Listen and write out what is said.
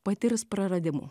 patirs praradimų